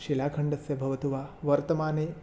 शिलाखण्डस्य भवतु वा वर्तमाने